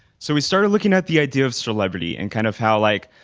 so we started looking at the idea of celebrity and kind of how like,